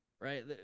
right